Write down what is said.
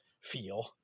feel